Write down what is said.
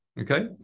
Okay